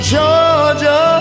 Georgia